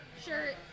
shirt